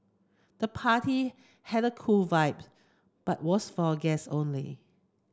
the party had a cool vibe but was for guest only